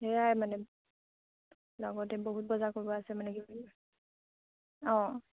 সেয়াই মানে লগতে বহুত বজাৰ কৰিব আছে মানে